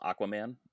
Aquaman